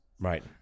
Right